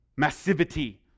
Massivity